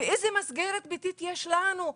ואיזה מסגרת ביתית יש לנו,